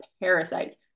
parasites